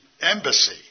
embassy